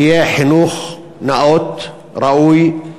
האחריות שיהיה חינוך נאות, ראוי,